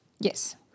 Yes